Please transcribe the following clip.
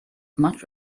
much